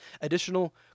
additional